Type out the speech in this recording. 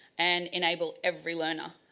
and enable every learner.